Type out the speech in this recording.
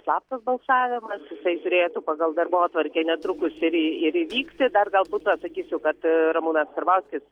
slaptas balsavimas jisai turėtų pagal darbotvarkę netrukus ir ir įvykti dar galbūt atsakysiu kad ramūnas karbauskis